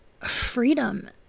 freedom